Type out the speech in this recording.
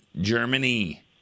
Germany